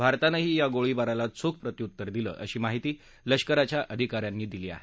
भारतानंही या गोळीबाराला चोख प्रत्युत्तर दिलं अशी माहिती लष्कराच्या अधिकाऱ्यांनी दिली आहे